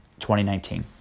2019